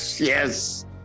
Yes